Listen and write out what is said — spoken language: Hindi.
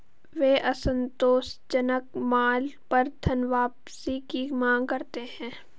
वे असंतोषजनक माल पर धनवापसी की मांग करते हैं